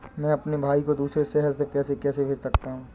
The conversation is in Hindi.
मैं अपने भाई को दूसरे शहर से पैसे कैसे भेज सकता हूँ?